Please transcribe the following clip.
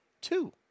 two